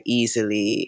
easily